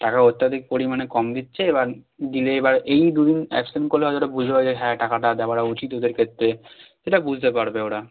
টাকা অত্যধিক পরিমাণে কম দিচ্ছে এবার দিলে এবার এই দু দিন অ্যাবসেন্ট করলে হয়তো ওটা বুঝতে পারবে যে হ্যাঁ টাকাটা দেওয়াটা উচিত ওদের ক্ষেত্রে এটা বুঝতে পারবে ওরা